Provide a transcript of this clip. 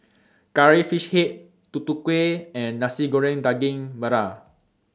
Curry Fish Head Tutu Kueh and Nasi Goreng Daging Merah